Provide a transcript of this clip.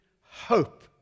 hope